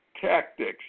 Tactics